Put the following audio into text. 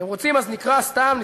אתם רוצים, אז נקרא, סתם לצטט,